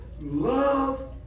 love